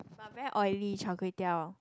but very oily Char-Kway-Teow